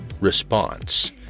Response